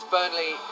Burnley